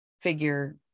figure